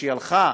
וכשהיא הלכה